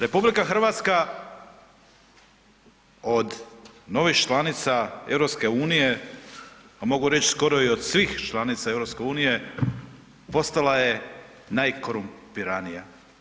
RH od novih članica EU-a a mogu reć skoro i od svih članica EU-a, postala je najkorumpiranija.